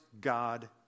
God